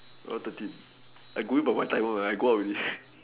well thirteen I going by my timer uh I go out already